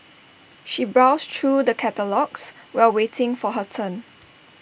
she browsed through the catalogues while waiting for her turn